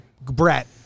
Brett